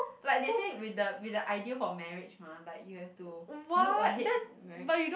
like they say with the with the ideal for marriage mah like you have to look ahead for marriage